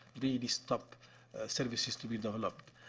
really stop services to be developed.